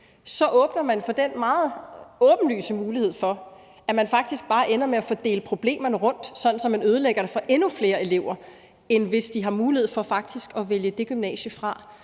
– åbner man for den meget åbenlyse mulighed for, at man faktisk bare ender med at fordele problemerne rundt, sådan at man ødelægger det for endnu flere elever, end hvis de har mulighed for faktisk at vælge det gymnasium fra,